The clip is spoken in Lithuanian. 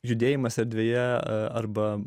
judėjimas erdvėje arba